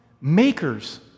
makers